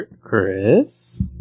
Chris